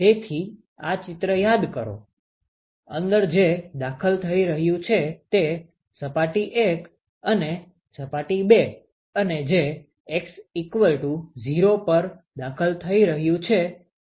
તેથી આ ચિત્ર યાદ રાખો અંદર જે દાખલ થઈ રહ્યું છે તે સપાટી 1 અને સપાટી 2 અને જે x0 પર દાખલ થઈ રહ્યું છે તે Iλ છે